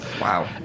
Wow